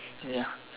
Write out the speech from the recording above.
ya